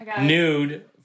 nude